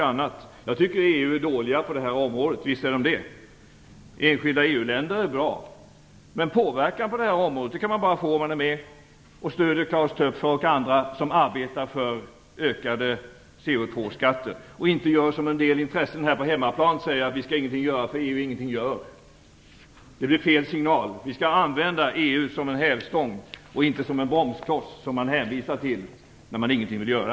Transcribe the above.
Visst är EG dåligt på detta område, även om enskilda EU-länder är bra. Men påverkan på det här området kan man få bara om man är med och stödjer Klaus Töpfer och andra som arbetar för höjda CO2-skatter, inte om man gör som en del intressenter här på hemmaplan, de som säger att vi inte skall göra något, eftersom EU inte gör något. Det blir fel signal. Vi skall använda EU som en hävstång och inte som en bromskloss som man hänvisar till när man ingenting vill göra.